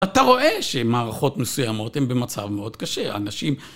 אתה רואה שמערכות מסוימות הן במצב מאוד קשה, אנשים...